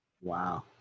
Wow